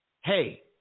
hey